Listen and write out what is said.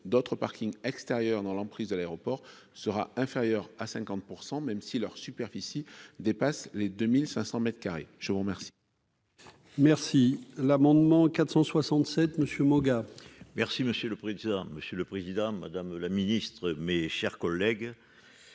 d'autres parkings extérieurs dans l'emprise de l'aéroport sera inférieur à 50 % même si leur superficie dépasse les 2500 mètres carrés, je vous remercie. Merci l'amendement 467 monsieur Moga. Merci monsieur le président, monsieur le Président, Madame la Ministre, mes chers collègues,